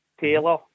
Taylor